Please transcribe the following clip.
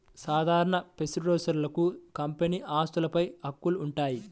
సాధారణ షేర్హోల్డర్లకు కంపెనీ ఆస్తులపై హక్కులు ఉంటాయి